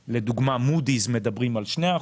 מודי'ס מדברים על 2%,